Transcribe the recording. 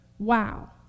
Wow